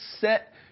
set